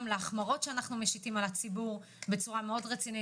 להחמרות שאנחנו משיתים על הציבור בצורה מאוד רצינית.